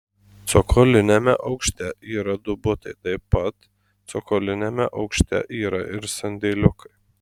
cokoliniame aukšte yra du butai taip pat cokoliniame aukšte yra ir sandėliukai